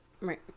Right